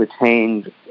retained